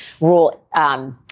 rule